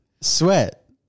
Sweat